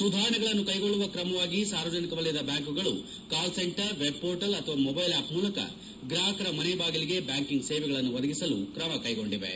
ಸುಧಾರಣೆಗಳನ್ನು ಕೈಗೊಳ್ಳುವ ಕ್ರಮವಾಗಿ ಸಾರ್ವಜನಿಕ ವಲಯದ ಬ್ಯಾಂಕುಗಳು ಕಾಲ್ ಸೆಂಟರ್ ವೆಬ್ ಪೋರ್ಟಲ್ ಅಥವಾ ಮೊಬೈಲ್ ಆಪ್ ಮೂಲಕ ಗ್ರಾಹಕರ ಮನೆ ಬಾಗಿಲಿಗೆ ಬ್ಯಾಂಕಿಂಗ್ ಸೇವೆಗಳನ್ನು ಒದಗಿಸಲು ಕ್ರಮಗಳನ್ನು ಕೈಗೊಂಡಿವೆ